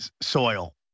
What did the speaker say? soil